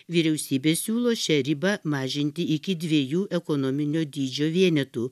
vyriausybė siūlo šią ribą mažinti iki dviejų ekonominio dydžio vienetų